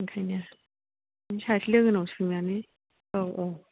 ओंखायनो बे सासे लोगोनाव सोंनानै औ औ